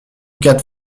quatre